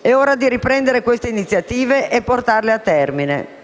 È ora di riprendere queste iniziative e portarle a termine.